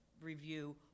review